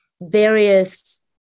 various